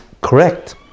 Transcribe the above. correct